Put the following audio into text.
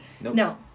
No